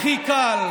הכי קל,